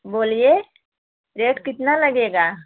बोलिए रेट कितना लगेगा